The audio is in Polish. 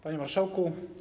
Panie Marszałku!